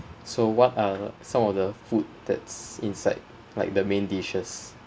so what are some of the food that's inside like the main dishes